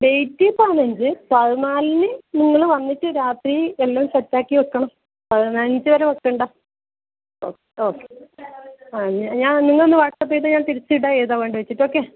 date പതിനഞ്ച് പതിനാലിന് നിങ്ങൾ വന്നിട്ട് രാത്രി എല്ലാം സെറ്റാക്കി വെക്കണം പതിനാഞ്ച് വരെ വയ് ക്കേണ്ട ഓക്കെ ആ ഞാൻ നിങ്ങളൊന്ന് വാട്സപ്പ് ചെയ്താൽ ഞാൻ തിരിച്ചിട്ട് ഏതാണ് വേണ്ടത് വച്ചിട്ട് ഓക്കെ